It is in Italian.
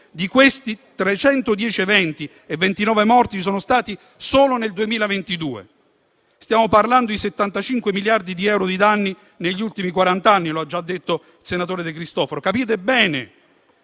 attenzione, 310 eventi e 29 morti ci sono stati solo nel 2022. Stiamo parlando di 75 miliardi di euro di danni negli ultimi quarant'anni (l'ha già detto il senatore De Cristofaro). Capite bene